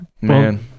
Man